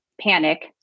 panic